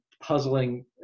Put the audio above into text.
puzzling